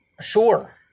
sure